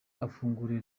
afungura